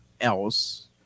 else